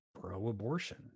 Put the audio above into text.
pro-abortion